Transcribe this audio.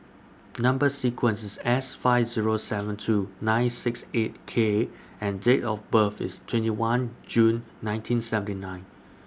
Number sequence IS S five Zero seven two nine six eight K and Date of birth IS twenty one June nineteen seventy one